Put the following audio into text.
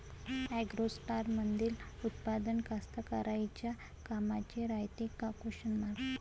ॲग्रोस्टारमंदील उत्पादन कास्तकाराइच्या कामाचे रायते का?